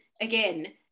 again